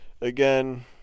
again